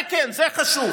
זה כן, זה חשוב.